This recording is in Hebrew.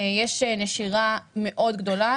יש נשירה מאוד גדולה,